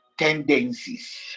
tendencies